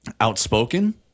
outspoken